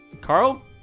Carl